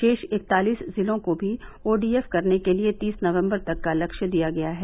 शेष इकतालीस जिलों को भी ओडीएफ करने के लिए तीस नवम्बर तक का लक्ष्य दिया गया है